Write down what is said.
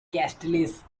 castles